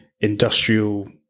industrial